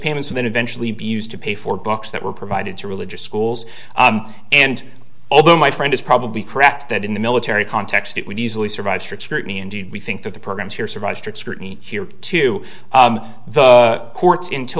payments were then eventually be used to pay for books that were provided to religious schools and although my friend is probably correct that in the military context it would easily survive strict scrutiny and do we think that the programs here survive strict scrutiny to the courts into